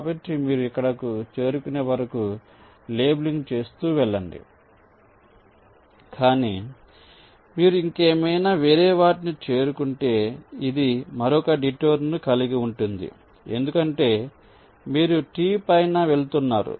కాబట్టి మీరు ఇక్కడకు చేరుకునే వరకు లేబులింగ్ చేస్తూ వెళ్లండి కానీ మీరు ఇంకేమైనా వేరేవాటిని చేరుకుంటే ఇది మరొక డిటూర్ ను కలిగి ఉంటుంది ఎందుకంటే మీరు T పైన వెళుతున్నారు